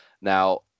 Now